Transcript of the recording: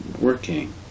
working